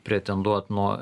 pretenduot nuo